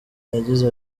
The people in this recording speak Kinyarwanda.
yagize